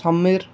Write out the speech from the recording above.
Samir